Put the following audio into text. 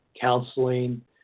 counseling